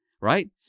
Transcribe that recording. right